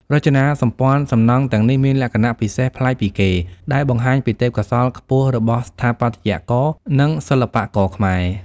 រចនាសម្ព័ន្ធសំណង់ទាំងនេះមានលក្ខណៈពិសេសប្លែកពីគេ ដែលបង្ហាញពីទេពកោសល្យខ្ពស់របស់ស្ថាបត្យករ និងសិល្បករខ្មែរ។